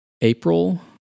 April